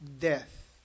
death